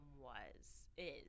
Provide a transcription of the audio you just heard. was—is—